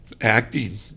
acting